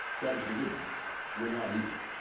that is, the good ones who are not evil.